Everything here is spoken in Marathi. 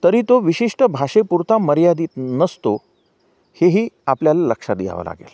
तरी तो विशिष्ट भाषेपुरता मर्यादित नसतो हेही आपल्याला लक्षात द्यावं लागेल